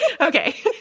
Okay